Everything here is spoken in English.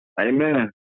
amen